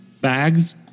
bags